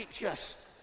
yes